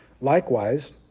Likewise